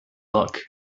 luck